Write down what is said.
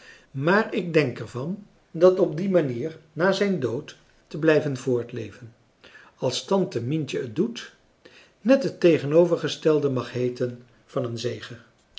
maar ik denk er van dat op die manier na zijn dood te blijven voortleven als tante mientje het doet net het tegenovergestelde mag heeten van een zegen